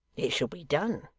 it shall be done.